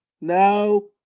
no